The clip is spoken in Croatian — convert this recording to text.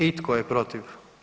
I tko je protiv?